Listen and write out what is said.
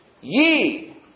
ye